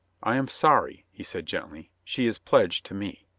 i am sorry, he said gently she is pledged to me.